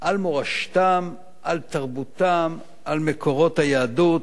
על מורשתם, על תרבותם, על מקורות היהדות,